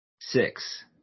six